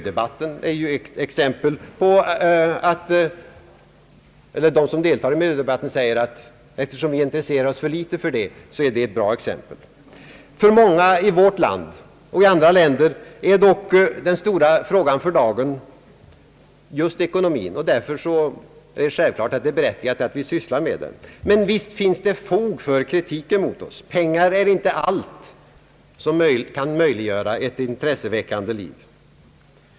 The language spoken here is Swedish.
De som deltar i miljödebatten säger att eftersom vi intresserar oss för litet för den frågan, så är den ett bra exempel. För många i vårt land och ändå fler i andra länder är dock den stora frågan för dagen just ekonomin, och därför är det berättigat att vi sysslar med den. Men visst finns det fog för kritiken mot oss. Pengar är inte allt som kan möjliggöra ett intresseväckande liv.